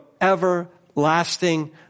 everlasting